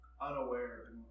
unaware